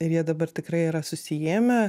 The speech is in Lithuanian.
tai jie dabar tikrai yra susiėmę